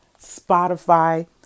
Spotify